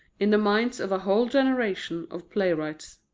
in the minds of a whole generation of playwrights.